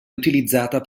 utilizzata